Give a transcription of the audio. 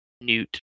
newt